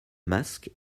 masque